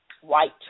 white